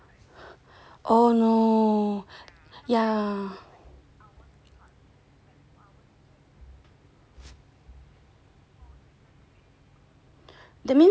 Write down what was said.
oh no yeah